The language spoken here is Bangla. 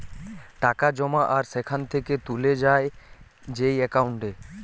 টাকা জমা আর সেখান থেকে তুলে যায় যেই একাউন্টে